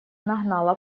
нагнала